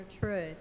truth